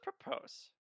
propose